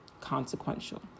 consequential